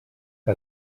que